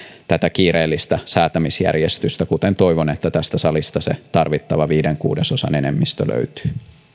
tätä kiireellistä säätämisjärjestystä kuten toivon että tästä salista se tarvittava viiden kuudesosan enemmistö löytyy